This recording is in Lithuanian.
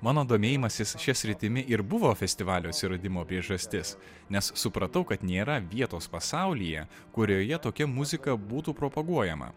mano domėjimasis šia sritimi ir buvo festivalio atsiradimo priežastis nes supratau kad nėra vietos pasaulyje kurioje tokia muzika būtų propaguojama